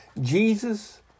Jesus